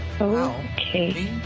Okay